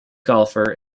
golfer